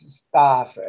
staff